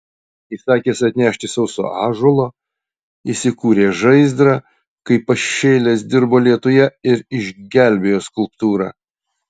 įsakęs atnešti sauso ąžuolo jis įkūrė žaizdrą kaip pašėlęs dirbo lietuje ir išgelbėjo skulptūrą